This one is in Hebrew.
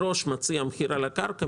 הוא מראש מציע מחיר על הקרקע,